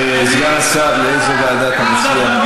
אלי, סגן השר, לאיזו ועדה אתה מציע?